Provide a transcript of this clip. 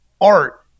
art